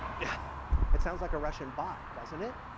yeah it sounds like a russian bot, doesn't it?